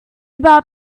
about